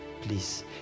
please